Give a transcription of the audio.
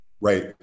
Right